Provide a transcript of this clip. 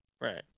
Right